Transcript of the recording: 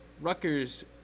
Rutgers